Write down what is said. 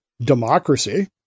democracy